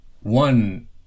one